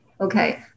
okay